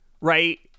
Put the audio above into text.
right